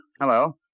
Hello